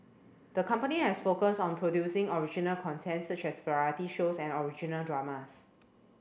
the company has focused on producing original content such as variety shows and original dramas